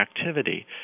activity